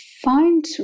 find